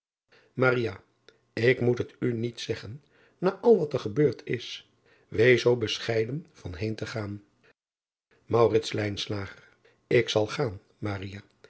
k moet het u niet zeggen na al wat er gebeurd is ees zoo bescheiden van heen te gaan k zal gaan